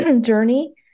journey